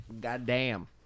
Goddamn